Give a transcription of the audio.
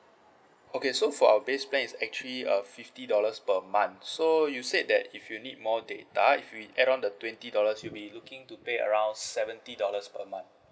okay so for our base plan is actually uh fifty dollars per month so you said that if you need more data if you add on the twenty dollars you'll be looking to pay around seventy dollars per month